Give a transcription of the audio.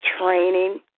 training